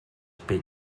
pell